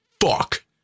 fuck